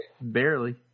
Barely